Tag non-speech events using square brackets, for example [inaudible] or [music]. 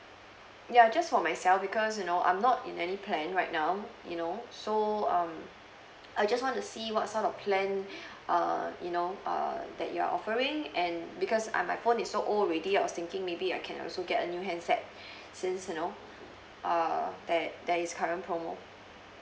ya just for myself because you know I'm not in any plan right now you know so um I just want to see what sort of plan [breath] err you know err that you're offering and because I my phone is so old already I was thinking maybe I can also get a new handset [breath] since you know err there there is current promo